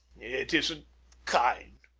it isn't kind